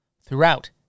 throughout